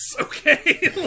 Okay